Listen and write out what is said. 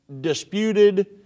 disputed